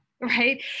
right